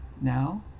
now